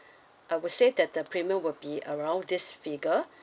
I would say that the premium will be around this figure